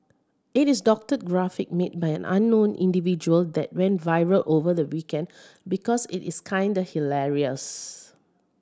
it's a doctored graphic made by an unknown individual that went viral over the weekend because it is kinda hilarious